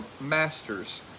masters